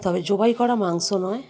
তবে জবাই করা মাংস নয়